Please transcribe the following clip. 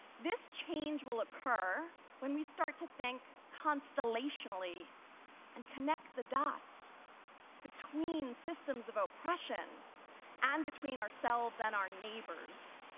this change will occur when we start to think constellationally and connect the dots between systems of oppression and between ourselves and our neighbors.